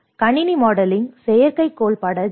கணினி மாடலிங் செயற்கைக்கோள் பட ஜி